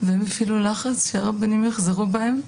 והם הפעילו לחץ שהרבנים יחזרו בהם,